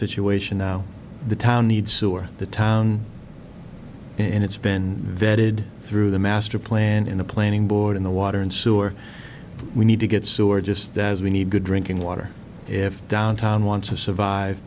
situation now the town needs to or the town and it's been vetted through the master plan in the planning board in the water and sewer we need to get sewer just as we need good drinking water if downtown wants to survive